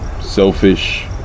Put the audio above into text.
selfish